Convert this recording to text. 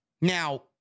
Now